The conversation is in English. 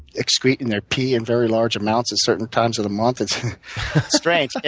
excrete in their pee in very large amounts at certain times of the month. it's strange. like